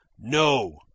No